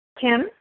Kim